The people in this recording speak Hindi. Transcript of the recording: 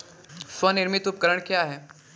स्वनिर्मित उपकरण क्या है?